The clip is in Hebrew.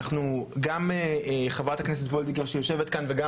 גם חברת הכנסת וולדיגר שיושבת כאן וגם